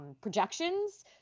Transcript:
projections